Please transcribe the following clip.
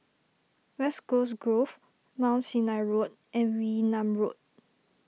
West Coast Grove Mount Sinai Road and Wee Nam Road